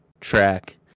track